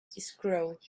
scroll